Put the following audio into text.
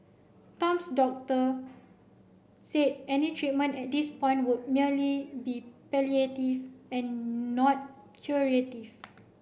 Tam's doctor said any treatment at this point would merely be palliative and not curative